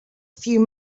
few